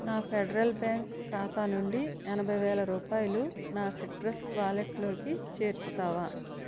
నా Federal Bank ఖాతా నుండి ఎనభై వేల రూపాయలు నా సిట్రస్ వాలెట్లోకి చేర్చుతావా